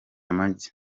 amagi